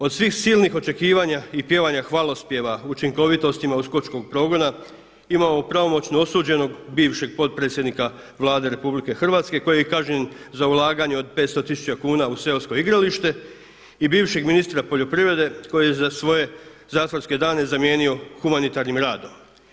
Od svih silnih očekivanja i pjevanja hvalospjeva o učinkovitostima uskočkog progona imamo pravomoćno osuđenog bivšeg potpredsjednika Vlade RH koji je kažnjen za ulaganje od 500 tisuća kuna u seosko igralište i bivšeg ministra poljoprivrede koji je svoje zatvorske dane zamijenio humanitarnim radom.